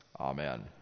amen